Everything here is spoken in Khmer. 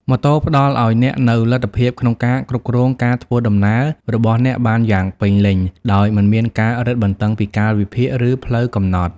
ម៉ូតូផ្តល់ឱ្យអ្នកនូវលទ្ធភាពក្នុងការគ្រប់គ្រងការធ្វើដំណើររបស់អ្នកបានយ៉ាងពេញលេញ ដោយមិនមានការរឹតបន្តឹងពីកាលវិភាគ ឬផ្លូវកំណត់។